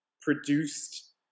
produced